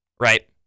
Right